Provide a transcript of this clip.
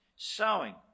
Sowing